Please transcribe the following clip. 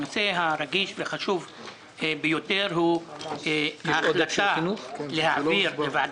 הנושא הרגיש והחשוב ביותר הוא ההחלטה של הוועדה